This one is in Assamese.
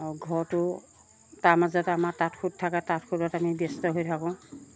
আৰু ঘৰতো তাৰ মাজতে আমাৰ তাঁত সোঁত থাকে তাঁত সোঁতত আমি ব্যস্ত হৈ থাকোঁ